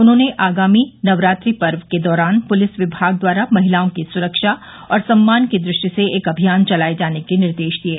उन्होंने आगामी नवरात्रि पर्व के दौरान पुलिस विभाग द्वारा महिलाओं की सुरक्षा और सम्मान की दृष्टि से एक अभियान चलाए जाने के निर्देश दिये